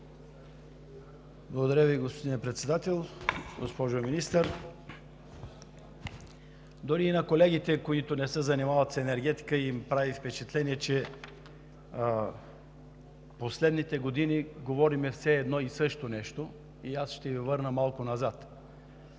Благодаря Ви, господин Председател. Госпожо Министър, дори на колегите, които не се занимават с енергетика, им прави впечатление, че в последните години говорим все едно и също нещо. Затова ще Ви върна малко назад.